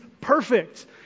perfect